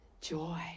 joy